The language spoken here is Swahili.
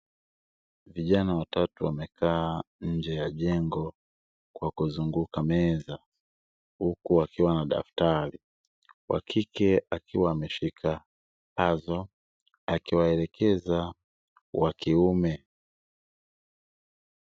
Vijana watatu wamekaa nje ya jengo kwa kuzunguka meza huku wakiwa na daftari, wa kike akiwa ameshika azo akiwaelekeza wa kiume.